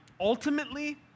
Ultimately